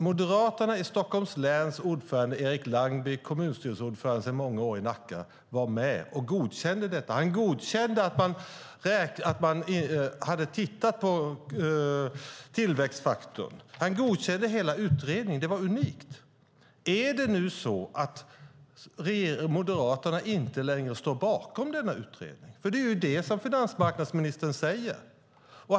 Moderaterna i Stockholms läns ordförande Erik Langby, kommunstyrelseordförande sedan många år i Nacka, var med och godkände detta. Han godkände att man hade tittat på tillväxtfaktorn. Han godkände hela utredningen. Det var unikt. Står Moderaterna inte längre bakom denna utredning? Det är ju det som finansmarknadsministern säger.